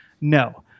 No